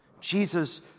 Jesus